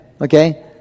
okay